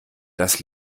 das